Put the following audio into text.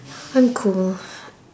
I'm cold